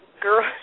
Girl